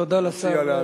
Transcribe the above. תודה לשר.